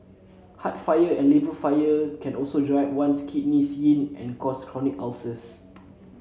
heart fire and liver fire can also dry up one's kidney yin and cause chronic ulcers